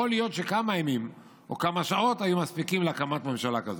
יכול להיות שכמה ימים או כמה שעות היו מספיקים להקמת ממשלה כזאת.